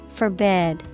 forbid